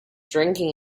drinking